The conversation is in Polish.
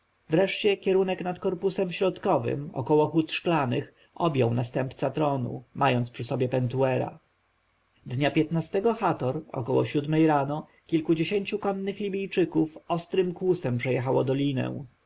wreszcie kierunek nad korpusem środkowym około hut szklanych objął następca tronu mając przy sobie entuer nia piętna chat około siódmej rano kilkudziesięciu konnych libijczyków ostrym kłusem przejechało dolinę